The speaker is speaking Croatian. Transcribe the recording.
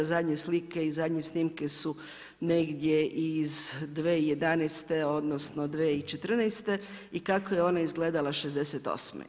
Zadnje slike i zadnje snimke su negdje iz 2011. odnosno, 2014. i kako je ona izgledala '68.